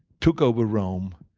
took over rome,